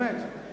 באמת.